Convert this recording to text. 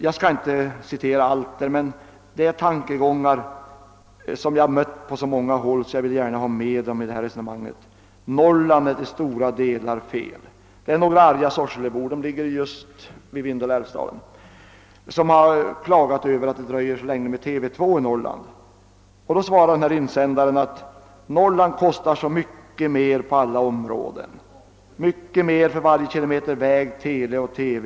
Jag skall inte citera allt som står där, men det är tankegångar som jag mött på så många håll, att jag vill föra in dem i resonemanget här. Insändaren påstår: »Norrland är till stora delar fel.» Några arga invånare i Sorsele — som ligger i Vindelälvsdalen — har klagat över att det dröjer så länge med TV 2 i Norrland. Då svarar insändaren, att Norrland kostar så oerhört mycket mer på alla områden, för varje kilometer väg, tele, el och TV.